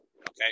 Okay